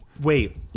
Wait